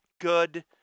good